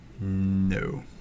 no